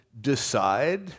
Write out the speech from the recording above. decide